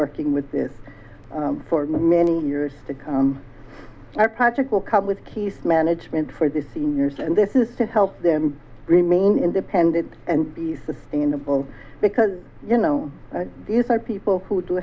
working with this for many years to come our project will come with keys management for the seniors and this is to help them remain independent and be sustainable because you know these are people who do